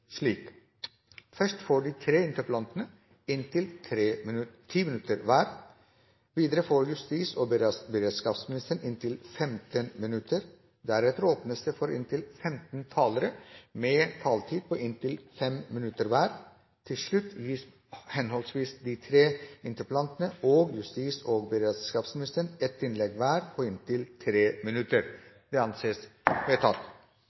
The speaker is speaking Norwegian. slik: Først får de tre interpellantene en taletid på inntil 10 minutter hver. Videre får justis- og beredskapsministeren en taletid på inntil 15 minutter. Deretter åpnes det for inntil 15 talere med en taletid på inntil 5 minutter hver. Til slutt gis henholdsvis de tre interpellantene og justis- og beredskapsministeren ett innlegg hver på inntil 3 minutter. – Det anses vedtatt.